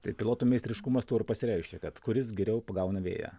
tai pilotų meistriškumas tuo ir pasireiškia kad kuris geriau pagauna vėją